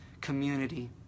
community